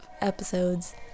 episodes